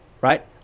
right